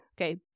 Okay